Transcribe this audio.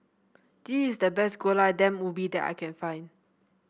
this is the best Gulai Daun Ubi that I can find